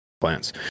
plants